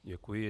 Děkuji.